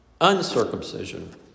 uncircumcision